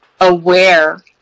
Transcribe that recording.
aware